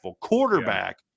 Quarterback